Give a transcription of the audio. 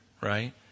right